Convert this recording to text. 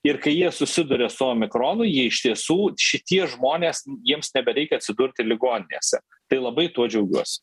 ir kai jie susiduria su omikronu jie iš tiesų šitie žmonės jiems nebereikia atsidurti ligoninėse tai labai tuo džiaugiuosi